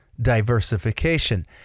diversification